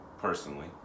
personally